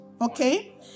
Okay